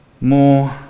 more